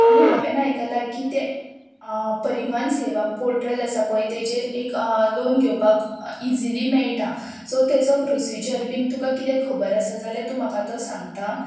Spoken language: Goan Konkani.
आनी हांवेन आयकलां की ते परिवन सेवा पोर्टल आसा पय तेजेर एक लोन घेवपाक इजिली मेळटा सो तेजो प्रोसिजर बीन तुका कितें खबर आसा जाल्यार तूं म्हाका तो सांगता